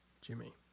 Jimmy